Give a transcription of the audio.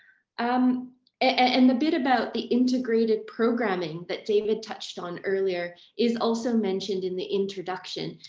um and the bit about the integrated programming that david touched on earlier is also mentioned in the introduction.